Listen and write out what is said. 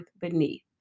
beneath